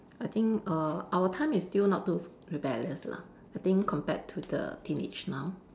I think err our time is still not too rebellious lah I think compared to the teenage now